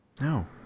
no